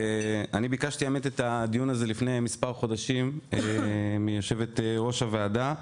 אני ביקשתי לקיים את הדיון הזה לפני מספר חודשים מיושבת ראש הוועדה.